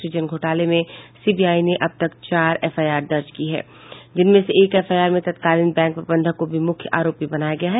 सृजन घोटाले में सीबीआई ने अब तक चार एफआईआर दर्ज की है जिनमें से एक एफआईआरमें तत्कालीन बैंक प्रबंधक को भी मुख्य आरोपी बनाया गया है